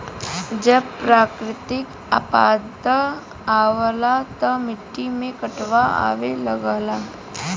जब प्राकृतिक आपदा आवला त मट्टी में कटाव आवे लगला